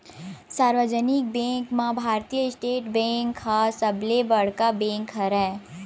सार्वजनिक बेंक म Bharatiya State Bank ह सबले बड़का बेंक हरय